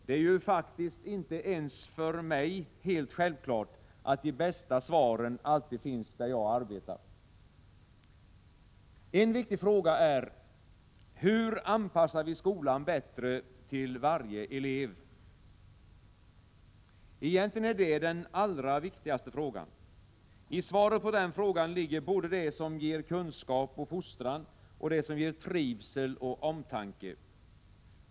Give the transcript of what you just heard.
Det är ju faktiskt inte ens för mig helt självklart att de bästa svaren alltid finns där jag arbetar. En viktig fråga är: Hur anpassar vi skolan bättre till varje elev? Egentligen är det den allra viktigaste frågan. I svaret på den frågan ligger både det som ger kunskap och fostran och det som ger trivsel och omtanke.